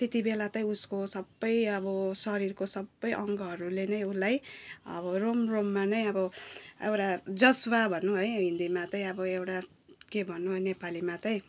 त्यति बेला चाहिँ उसको सबै अब शरीरको सबै अङ्गहरूले नै उसलाई अब रोम रोममा नै अब एउटा जज्वा भनौँ है हिन्दीमा चाहिँ अब एउटा के भनौँ नेपालीमा चाहिँ